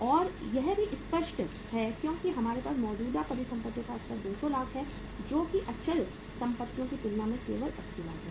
और यह भी स्पष्ट है क्योंकि हमारे पास मौजूदा संपत्तियों का स्तर 200 लाख है जो कि अचल संपत्तियों की तुलना में केवल 80 लाख है